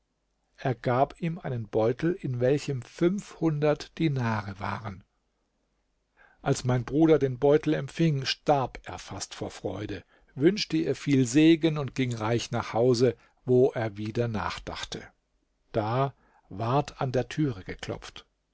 er gab ihm einen beutel in welchem fünfhundert dinare waren als mein bruder den beutel empfing starb er fast vor freude wünschte ihr viel segen und ging reich nach hause wo er wieder nachdachte da ward an der türe geklopft